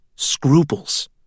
scruples